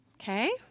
Okay